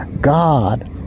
God